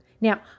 Now